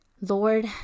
Lord